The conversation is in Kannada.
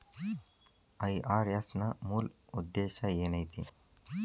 ಐ.ಆರ್.ಎಸ್ ನ ಮೂಲ್ ಉದ್ದೇಶ ಏನೈತಿ?